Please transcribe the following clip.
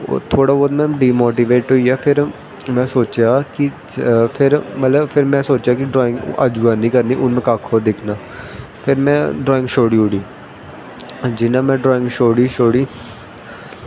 थोह्ड़ी में डिमोटिवेट होइया फिर में सोचेआ आ कि फिर में सोचेआ कि ड्राईंगं जवाइन नी करनी में हून कक्ख होर दिक्खनां फिर में ड्राईंग छोड़ी ओड़ी जियां में ड्राईंग छोड़ी